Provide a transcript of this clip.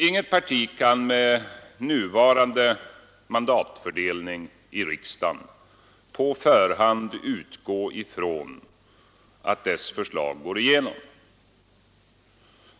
Inget parti kan med nuvarande mandatfördelning i riksdagen på förhand räkna med att dess förslag går igenom.